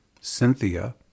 Cynthia